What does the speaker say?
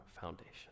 foundation